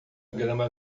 grama